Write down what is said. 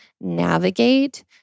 navigate